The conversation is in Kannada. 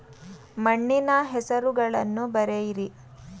ಮಣ್ಣಿನ ಹೆಸರುಗಳನ್ನು ಬರೆಯಿರಿ